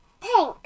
pink